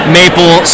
maple